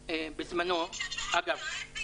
אגב,